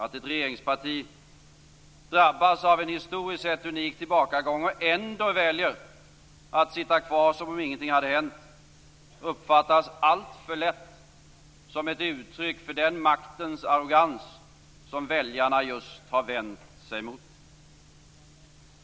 Att ett regeringsparti drabbas av en historiskt sett unik tillbakagång och ändå väljer att sitta kvar som om ingenting hade hänt uppfattas alltför lätt som ett uttryck för den maktens arrogans som väljarna just har vänt sig mot.